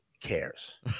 cares